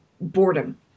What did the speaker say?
boredom